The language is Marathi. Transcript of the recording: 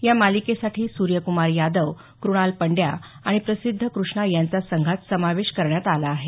या मालिकेसाठी सूर्यक्रमार यादव क्रणाल पंड्या आणि प्रसिद्ध कृष्णा यांचा संघात समावेश करण्यात आला आहे